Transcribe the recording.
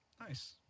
Nice